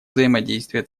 взаимодействия